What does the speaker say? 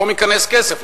פתאום ייכנס כסף.